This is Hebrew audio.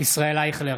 ישראל אייכלר,